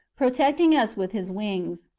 protecting us with his wings.